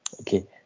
okay